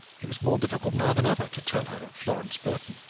it was more difficult now than ever to tell her of florence burton.